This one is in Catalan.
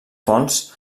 fonts